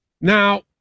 Now